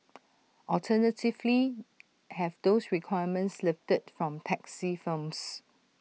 alternatively have those requirements lifted from taxi firms